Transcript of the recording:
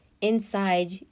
inside